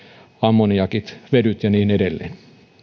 ammoniakilla vedyllä ja niin edelleen